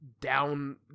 down